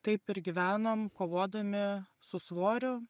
taip ir gyvenom kovodami su svoriu